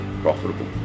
profitable